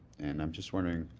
and i'm just wondering,